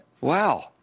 Wow